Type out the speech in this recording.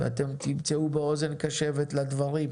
ואתם תמצאו בו אוזן קשבת לדברים.